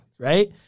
right